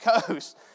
Coast